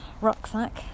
rucksack